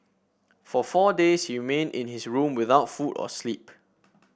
for four days he remained in his room without food or sleep